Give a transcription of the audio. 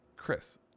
Chris